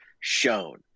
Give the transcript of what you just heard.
shown